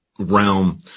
realm